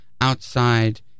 outside